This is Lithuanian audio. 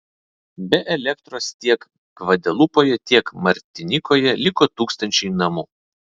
be elektros tiek gvadelupoje tiek martinikoje liko tūkstančiai namų